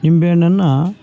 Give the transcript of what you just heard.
ನಿಂಬೆಹಣ್ಣನ್ನು